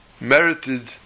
merited